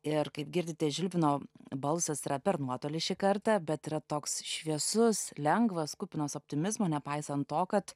ir kaip girdite žilvino balsas yra per nuotolį šį kartą bet yra toks šviesus lengvas kupinas optimizmo nepaisant to kad